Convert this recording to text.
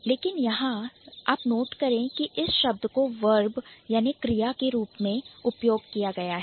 लेकिन यहां नोट करें कि इस शब्द को Verb क्रिया के रूप में किया गया है